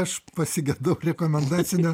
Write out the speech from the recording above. aš pasigedau rekomendacinio